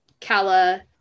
Kala